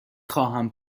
خواهم